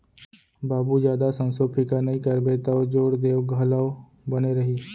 बाबू जादा संसो फिकर नइ करबे तौ जोर देंव घलौ बने रही